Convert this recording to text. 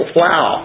wow